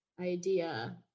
idea